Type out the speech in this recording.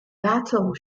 battle